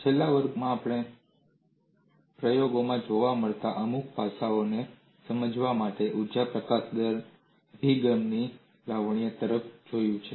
છેલ્લા વર્ગમાં આપણે પ્રયોગોમાં જોવા મળતા અમુક પાસાઓને સમજાવવા માટે ઊર્જા પ્રકાશન દર અભિગમની લાવણ્ય તરફ જોયું છે